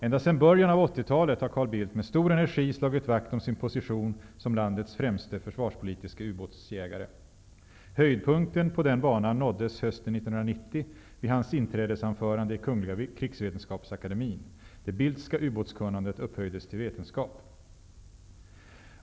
Ända sedan början av 80-talet har Carl Bildt med stor energi slagit vakt om sin position som landets främste försvarspolitiske ubåtsjägare. Höjdpunkten på den banan nåddes hösten 1990 vid hans inträdesanförande i Kungliga krigsvetenskapsakademin. Det Bildtska ubåtskunnandet upphöjdes till vetenskap.